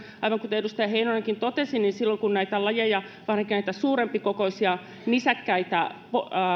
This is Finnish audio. aivan kuten edustaja heinonenkin totesi silloin kun näitä lajeja varsinkin näitä suurempikokoisia nisäkkäitä